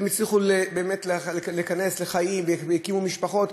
הצליחו להיכנס לחיים והקימו משפחות,